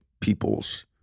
peoples